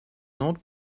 not